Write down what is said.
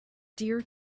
dear